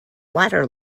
latter